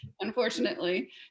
unfortunately